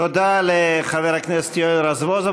תודה לחבר הכנסת יואל רזבוזוב.